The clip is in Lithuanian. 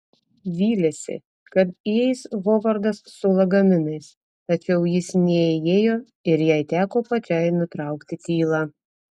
vylėsi kad įeis hovardas su lagaminais tačiau jis neįėjo ir jai teko pačiai nutraukti tylą